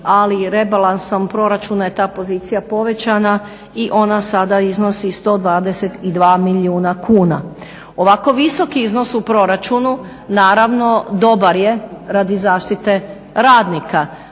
ali rebalansom proračuna je ta pozicija povećana i ona sada iznosi 122 milijuna kuna. Ovako visoki iznos u proračunu naravno dobar je radi zaštite radnika.